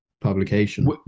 publication